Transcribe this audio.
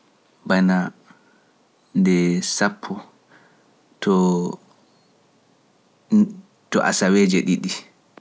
Bana nde sappo to asaweeje ɗiɗi.(ten by two weeks)